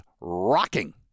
rocking